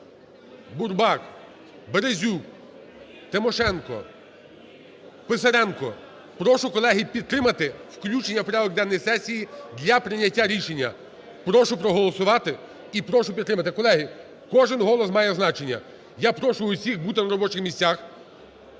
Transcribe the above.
Бурбак, Березюк, Тимошенко, Писаренко. Прошу, колеги, підтримати включення в порядок денний сесії для прийняття рішення. Прошу проголосувати і прошу підтримати. Колеги, кожен голос має значення. Я прошу усіх бути на робочих місцях.